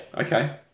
Okay